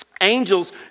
Angels